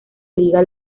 liga